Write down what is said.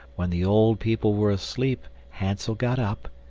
when the old people were asleep hansel got up,